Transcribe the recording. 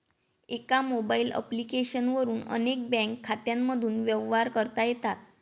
एका mobile application वरून अनेक बँक खात्यांमधून व्यवहार करता येतात